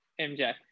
MJ